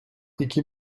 iki